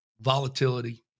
volatility